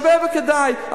שווה וכדאי.